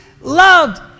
loved